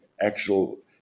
actual